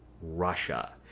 russia